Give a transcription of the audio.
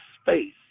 space